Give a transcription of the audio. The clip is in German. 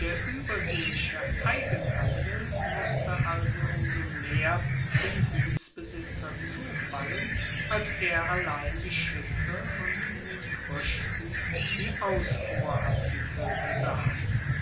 der ueberseeische eigenhandel musste also um so mehr dem gutsbesitzer zufallen als er allein die schiffe und in den fruechten die ausfuhrartikel besass